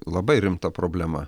labai rimta problema